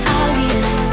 obvious